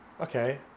okay